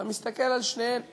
אתה מסתכל על שתיהן,